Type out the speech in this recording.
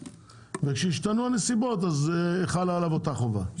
וכשישתנו הנסיבות אז חלה עליו אותה חובה,